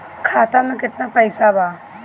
खाता में केतना पइसा बा?